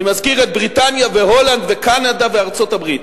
אני מזכיר את בריטניה והולנד וקנדה וארצות-הברית.